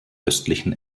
östlichen